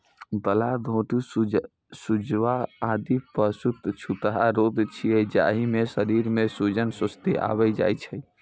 गलाघोटूं, सुजवा, आदि पशुक छूतहा रोग छियै, जाहि मे शरीर मे सूजन, सुस्ती आबि जाइ छै